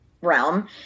realm